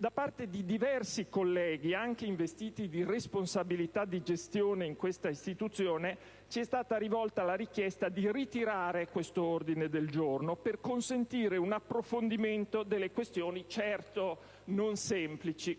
Da parte di diversi colleghi, anche investiti di responsabilità di gestione in questa istituzione, ci è stata rivolta la richiesta di ritirare quell'ordine del giorno, per consentire un approfondimento delle questioni, certo non semplici,